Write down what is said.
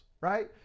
right